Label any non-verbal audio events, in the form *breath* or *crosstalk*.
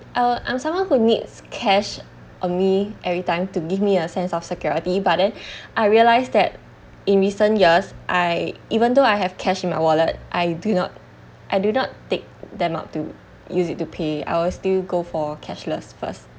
uh I'm someone who needs cash on me every time to give me a sense of security but then *breath* I realise that in recent years I even though I have cash in my wallet I do not I do not take them out to use it to pay I will still go for cashless first